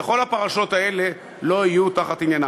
וכל הפרשות האלה לא יהיו עניינם.